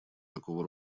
такого